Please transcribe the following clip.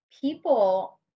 people